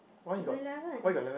I got eleven